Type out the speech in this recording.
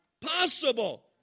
possible